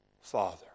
Father